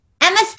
Emma